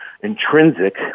intrinsic